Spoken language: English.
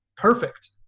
Perfect